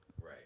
right